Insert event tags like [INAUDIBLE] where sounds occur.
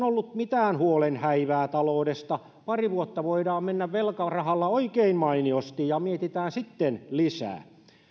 [UNINTELLIGIBLE] ollut mitään huolen häivää taloudesta pari vuotta voidaan mennä velkarahalla oikein mainiosti ja mietitään sitten lisää